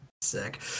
Sick